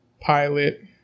pilot